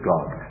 God